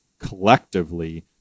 collectively